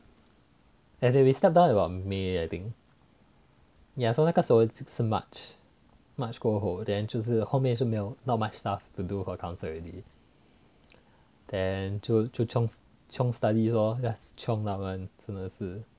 as we stepped down about may I think so 那个时候是 march 过后 then 就是后面是没有 not much stuff to do for council already then 就 chiong study lor just chiong 到完真的是